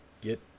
Get